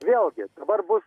vėlgi svarbus